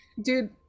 Dude